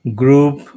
group